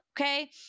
okay